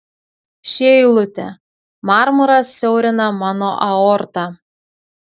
ši eilutė marmuras siaurina mano aortą